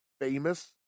famous